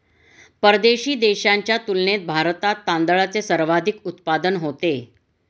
परदेशी देशांच्या तुलनेत भारतात तांदळाचे सर्वाधिक उत्पादन होते